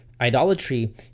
idolatry